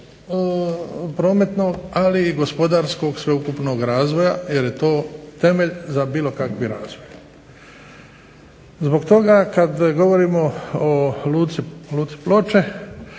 prometnog ali i gospodarskog sveukupnog razvoja jer je to temelj za bilo kakvi razvoj. Zbog toga kada govorimo o luci Ploče